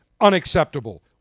Unacceptable